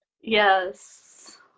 Yes